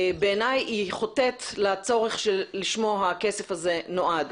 בעיניי היא חוטאת לצורך לשמו הכסף הזה נועד.